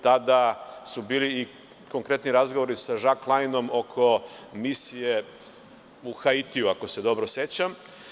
Tada su bili i konkretni razgovori Žak Vajnom oko misije u Haitiju, ako se dobro sećam.